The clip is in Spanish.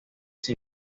sin